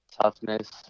toughness